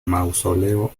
mausoleo